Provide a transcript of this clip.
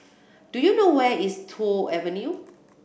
do you know where is Toh Avenue